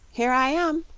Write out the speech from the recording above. here i am,